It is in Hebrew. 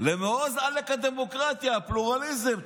למעוז הדמוקרטיה עלק, פלורליזם.